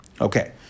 Okay